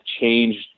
changed